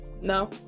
no